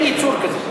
אין יצור כזה.